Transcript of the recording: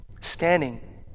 standing